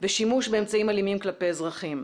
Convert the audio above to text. ושימוש באמצעים אלימים כלפי אזרחים.